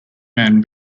man